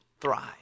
thrive